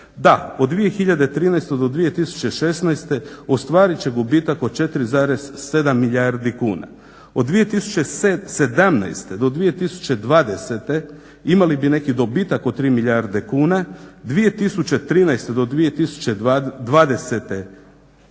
Da, od 2013. do 2016. ostvarit će gubitak od 4,7 milijardi kuna. Od 2017. do 2020. imali bi neki dobitak od 3 milijarde kuna, 2013. do 2020.